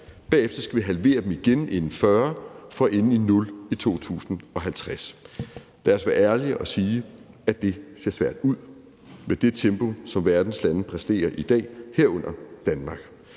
bagefter skal vi halvere dem igen inden 2040 for at ende i nul i 2050. Lad os være ærlige og sige, at det ser svært ud med det tempo, som verdens lande præsterer i dag, herunder Danmark.